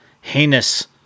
heinous